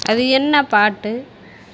அது என்ன பாட்டு